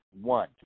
One